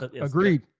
Agreed